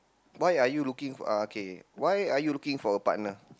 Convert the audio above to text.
why are you looking uh okay why are you looking for a partner